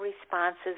responses